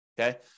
Okay